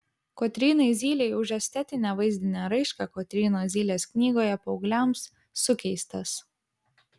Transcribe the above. kotrynai zylei už estetinę vaizdinę raišką kotrynos zylės knygoje paaugliams sukeistas